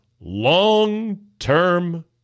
long-term